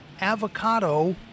avocado